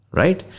right